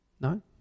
No